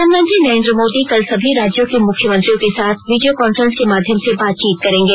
प्रधानमंत्री नरेन्द्र मोदी कल सभी राज्यों के मुख्यमंत्रियों के साथ वीडियो कॉन्फ्रेंस के माध्यम से बातचीत करेंगे